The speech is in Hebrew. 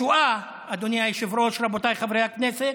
השואה, אדוני היושב-ראש, רבותיי חברי הכנסת,